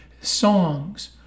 songs